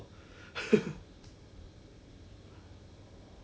but then Jen leh are you going to invite Jen